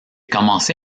commencé